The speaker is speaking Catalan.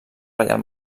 reial